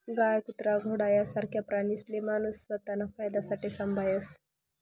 गाय, कुत्रा, घोडा यासारखा प्राणीसले माणूस स्वताना फायदासाठे संभायस